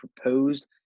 proposed